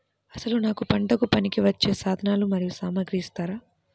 అసలు నాకు పంటకు పనికివచ్చే సాధనాలు మరియు సామగ్రిని ఇస్తారా?